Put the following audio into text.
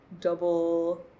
double